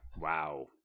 Wow